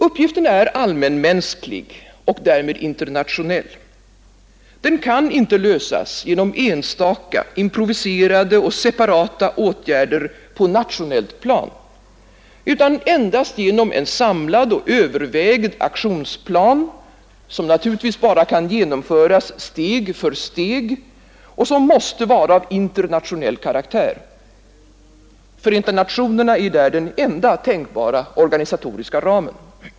Uppgiften är allmänmänsklig och därmed internationell. Den kan inte lösas genom enstaka, improviserade och separata åtgärder på nationellt plan utan endast genom en samlad och övervägd aktionsplan, som naturligtvis bara kan genomföras steg för steg och som måste vara av internationell karaktär. Förenta Nationerna är där den enda tänkbara organisatoriska ramen.